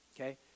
okay